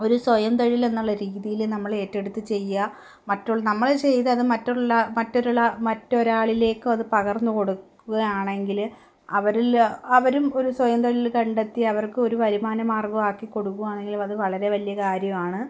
ഒരു സ്വയം തൊഴിൽ എന്നുള്ള രീതിയിൽ നമ്മൾ ഏറ്റെടുത്തു ചെയ്യുക മറ്റുള്ള നമ്മൾ ചെയ്ത അതു മറ്റുള്ള മറ്റൊരു മറ്റൊരാളിലേക്കും അതു പകർന്നു കൊടുക്കുകയാണെങ്കിൽ അവരിൽ അവരും ഒരു സ്വയം തൊഴിൽ കണ്ടെത്തി അവർക്ക് ഒരു വരുമാന മാർഗ്ഗമാക്കി കൊടുക്കുകയാണെങ്കിലും അതു വളരെ വലിയ കാര്യമാണ്